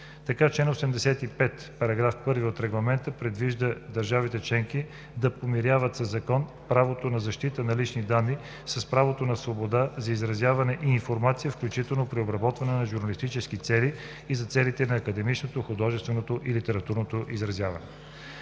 Така чл. 85, параграф 1 от Регламента предвижда държавите членки да помиряват със закон правото на защита на личните данни с правото на свобода на изразяване и информация, включително при обработването за журналистически цели и за целите на академичното, художественото или литературното изразяване.